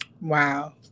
Wow